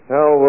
Now